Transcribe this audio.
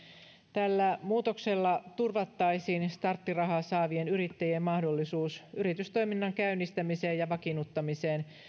tällä muutoksella turvattaisiin starttirahaa saavien yrittäjien mahdollisuus yritystoiminnan käynnistämiseen ja vakiinnuttamiseen